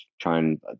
trying